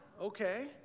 okay